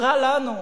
רע לנו.